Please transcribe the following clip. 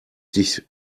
dich